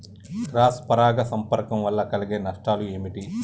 Cross పరాగ సంపర్కం వల్ల కలిగే నష్టాలు ఏమిటి?